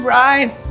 rise